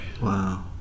Wow